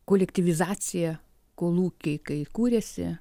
kolektyvizacija kolūkiai kai kūrėsi